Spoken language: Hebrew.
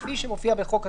כפי שמופיע בחוק הסמכויות.